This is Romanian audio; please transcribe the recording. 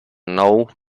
nou